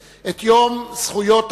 1781 ו-1825: היום הבין-לאומי לזכויות אדם.